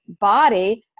body